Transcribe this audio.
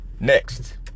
Next